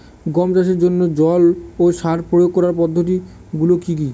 গম চাষের জন্যে জল ও সার প্রয়োগ করার পদ্ধতি গুলো কি কী?